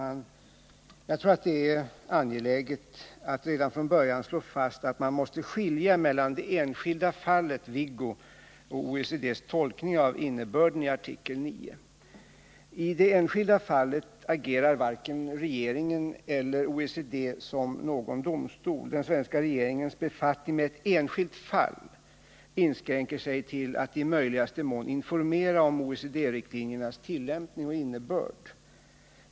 Herr talman! Jag tror att det är angeläget att redan från början slå fast att man måste skilja mellan det enskilda fallet Viggo och OECD:s tolkning av innebörden i artikel 9. I det enskilda fallet agerar varken regeringen eller OECD som någon domstol. Den svenska regeringens befattning med ett enskilt fall inskränker sig till att i möjligaste mån informera om OECD riktlinjernas tillämpning och innebörd.